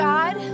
God